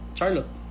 Charlotte